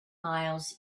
miles